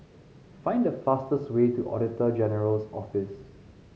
find the fastest way to Auditor General's Office